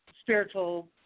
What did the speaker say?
spiritual